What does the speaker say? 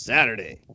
Saturday